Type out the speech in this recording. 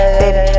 baby